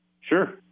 Sure